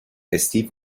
استیو